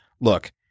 look